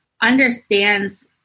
understands